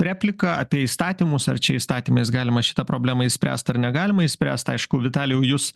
repliką apie įstatymus ar čia įstatymais galima šitą problemą išspręst ar negalima išspręst aišku vitalijau jus